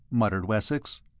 muttered wessex.